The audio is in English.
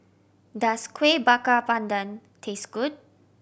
does Kueh Bakar Pandan taste good